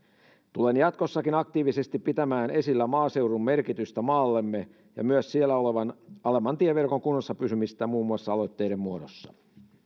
tulen jatkossakin aktiivisesti pitämään esillä maaseudun merkitystä maallemme ja myös siellä olevan alemman tieverkon kunnossa pysymistä muun muassa aloitteiden muodossa